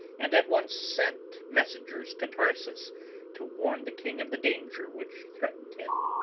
and at once sent messengers to tarsus to warn the king of the danger which threatened him.